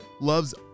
loves